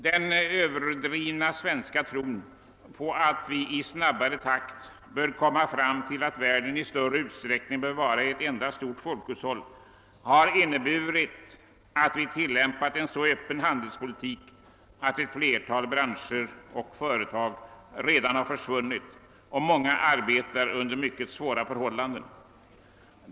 Den överdrivna svenska tron på att vi i snabbare takt bör söka uppnå att världen i större utsträckning blir ett enda stort folkhushåll har medfört att vi tillämpat en så öppen handelspolitik att flera branscher och företag redan försvunnit och att många andra arbetar under mycket svåra förhållanden.